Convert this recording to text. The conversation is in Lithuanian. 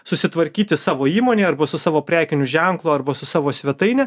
susitvarkyti savo įmonėj arba su savo prekiniu ženklu arba su savo svetaine